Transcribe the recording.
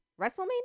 WrestleMania